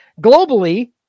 Globally